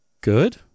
good